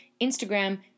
Instagram